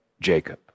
Jacob